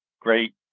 Great